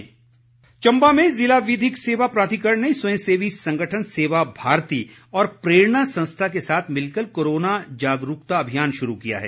अभियान चम्बा में ज़िला विधिक सेवा प्राधिकरण ने स्वयंसेवी संगठन सेवा भारती और प्रेरणा संस्था के साथ मिलकर कोरोना जागरूकता अभियान शुरू किया है